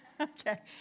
okay